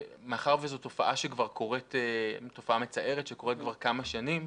מאחר וזאת תופעה מצטערת שקורית כבר כמה שנים,